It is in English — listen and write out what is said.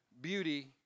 beauty